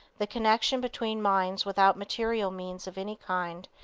the connection between minds without material means of any kind,